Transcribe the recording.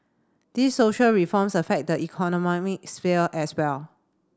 these social reforms affect the economic sphere as well